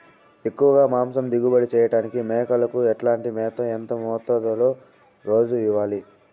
ఎక్కువగా మాంసం దిగుబడి చేయటానికి మేకలకు ఎట్లాంటి మేత, ఎంత మోతాదులో రోజు ఇవ్వాలి?